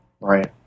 Right